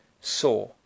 saw